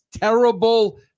terrible –